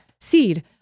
seed